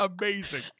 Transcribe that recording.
Amazing